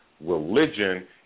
Religion